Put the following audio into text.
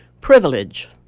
Privilege